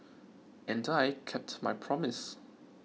and I kept my promise